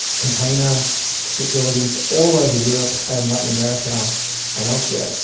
container facilities all over europe and latin america and elsewhere,